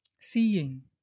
seeing